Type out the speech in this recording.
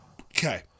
Okay